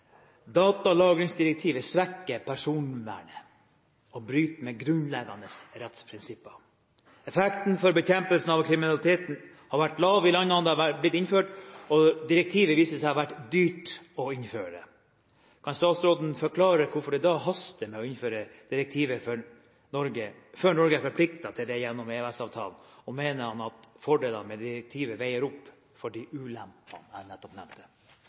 Datalagringsdirektivet svekker personvernet og bryter med grunnleggende rettsprinsipper. Effekten for bekjempelse av kriminalitet har vært lav i de landene der det har blitt innført, og direktivet viser seg å ha vært dyrt å innføre. Kan statsråden forklare hvorfor det da haster med å innføre direktivet, før Norge er forpliktet til det gjennom EØS-avtalen? Mener han at fordelene med direktivet veier opp for de ulempene jeg nettopp nevnte?